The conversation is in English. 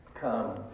come